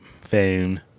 phone